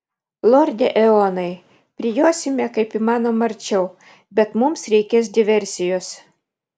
lorde eonai prijosime kaip įmanoma arčiau bet mums reikės diversijos